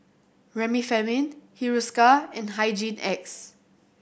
Remifemin Hiruscar and Hygin X